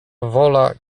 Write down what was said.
wola